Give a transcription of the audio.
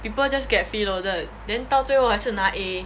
people just get free loaded then 到最后还是拿 A